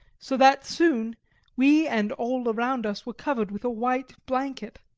so that soon we and all around us were covered with a white blanket.